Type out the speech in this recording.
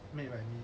made right